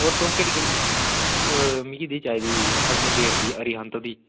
होर केह्ड़ी केह्ड़ी मिगी एह्दी चाहिदी ही अग्निवीर दी अरिहंत दी